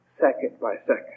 second-by-second